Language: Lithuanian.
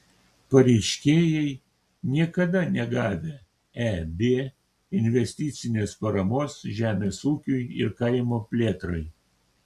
pareiškėjai niekada negavę eb investicinės paramos žemės ūkiui ir kaimo plėtrai